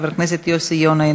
חבר הכנסת יוסי יונה,